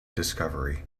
discovery